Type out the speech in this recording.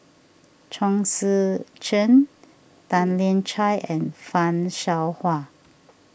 Chong Tze Chien Tan Lian Chye and Fan Shao Hua